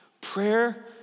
Prayer